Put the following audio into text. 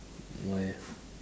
why eh